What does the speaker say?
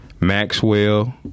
Maxwell